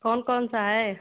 कौन कौन सा है